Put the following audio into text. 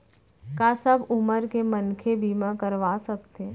का सब उमर के मनखे बीमा करवा सकथे?